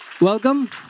welcome